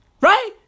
Right